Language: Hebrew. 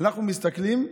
אנחנו מסתכלים,